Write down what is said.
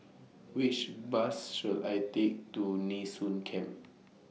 Which Bus should I Take to Nee Soon Camp